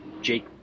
Jake